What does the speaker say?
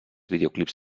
videoclips